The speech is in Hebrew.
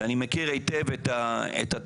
ואני מכיר היטב את התרחישים,